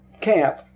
camp